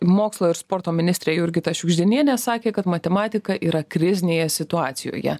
mokslo ir sporto ministrė jurgita šiugždinienė sakė kad matematika yra krizinėje situacijoje